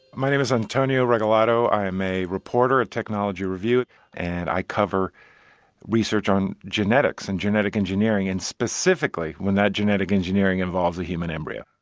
my name is antonio regalado. i am a reporter at technology review and i cover research on genetics and genetic engineering and specifically when that genetic engineering involves a human embryo.